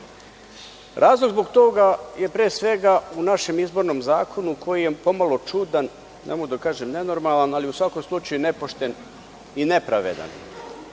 zbog toga je pre svega u našem izbornom zakonu koji je po malo čudan, ne mogu da kažem nenormalan, ali u svakom slučaju nepošten i nepravedan.